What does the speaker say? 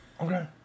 okay